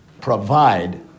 provide